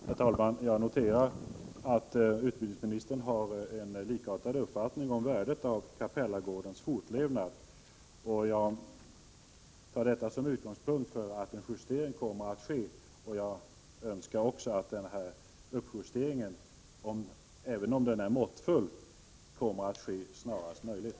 Herr talman! Jag noterar att utbildningsministern och jag har en likartad uppfattning om värdet av Capellagårdens fortlevnad, och jag tar detta som utgångspunkt för antagandet att en justering av bidraget kommer att ske. Jag önskar också att uppjusteringen, även om den är måttfull, kommer att ske snarast möjligt.